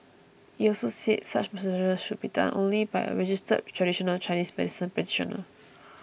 it also said such massages should be done only by a registered traditional Chinese medicine practitioner